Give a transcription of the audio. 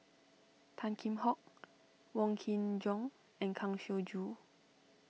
Tan Kheam Hock Wong Kin Jong and Kang Siong Joo